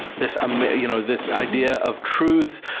this um you know this idea of truth,